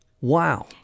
Wow